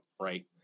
right